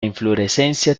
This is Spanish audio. inflorescencia